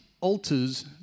alters